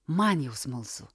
man jau smalsu